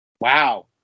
wow